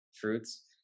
fruits